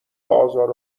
آزار